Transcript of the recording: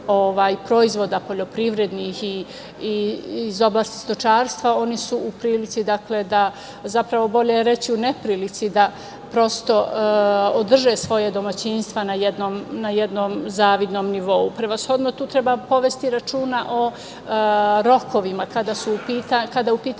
proizvoda iz oblasti stočarstva, oni su u prilici, zapravo bolje reći u neprilici, da održe svoja domaćinstva na jednom zavidnom nivou. Prevashodno tu treba povesti računa o rokovima. Kada je u pitanju